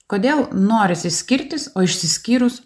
kodėl norisi skirtis o išsiskyrus